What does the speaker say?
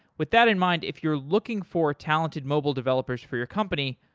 with that in mind, if you're looking for talented mobile developers for your company,